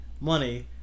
money